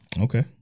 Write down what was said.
Okay